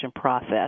process